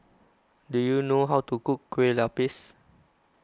do you know how to cook Kue Lupis